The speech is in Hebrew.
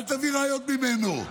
אל תביא ראיות ממנו.